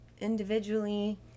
individually